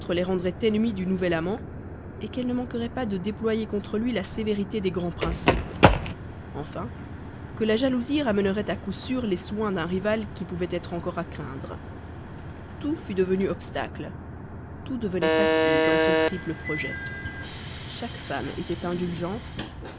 les rendrait ennemies du nouvel amant qu'elles ne manqueraient pas de déployer contre lui la sévérité des grands principes enfin que la jalousie ramènerait à coup sûr les soins d'un rival qui pouvait être encore à craindre tout fût devenu obstacle tout devenait facile dans son triple projet chaque femme était indulgente